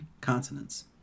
consonants